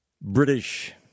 British